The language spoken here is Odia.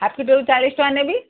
ହାପ୍ ଲିଟରକୁ ଚାଳିଶି ଟଙ୍କା ନେବି